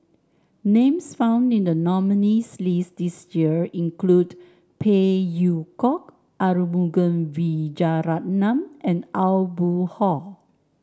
names found in the nominees' list this year include Phey Yew Kok Arumugam Vijiaratnam and Aw Boon Haw